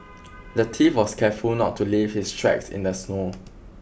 the thief was careful not to leave his tracks in the snow